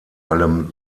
allem